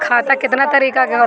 खाता केतना तरीका के होला?